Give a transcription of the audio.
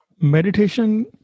Meditation